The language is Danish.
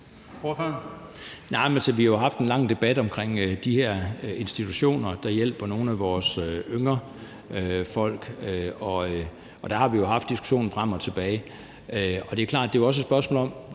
vi har jo haft en lang debat om de her institutioner, der hjælper nogle af vores yngre mennesker; der har vi haft diskussionen frem og tilbage. Og det er klart,